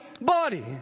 body